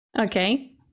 okay